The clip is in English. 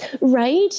Right